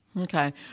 Okay